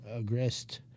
aggressed